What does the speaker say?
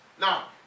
Now